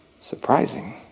Surprising